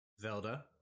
Zelda